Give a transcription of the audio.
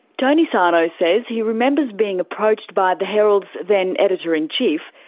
tony sarno says he remembers being approached by the herald's then editor-in-chief,